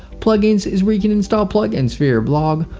plugins is where you can install plugins for your blog.